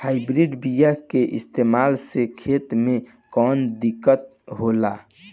Hybrid बीया के इस्तेमाल से खेत में कौन दिकत होलाऽ?